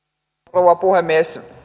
rouva puhemies